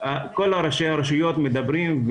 כל ראשי הרשויות מדברים,